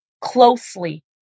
closely